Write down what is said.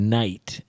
night